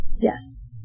Yes